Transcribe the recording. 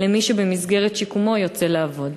את מי שבמסגרת שיקומו יוצא לעבוד?